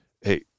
Hey